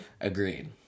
agreed